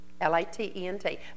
L-A-T-E-N-T